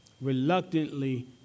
reluctantly